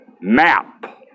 Map